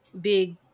big